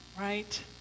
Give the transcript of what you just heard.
right